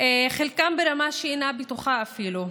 חלקם ברמה שאינה בטוחה אפילו.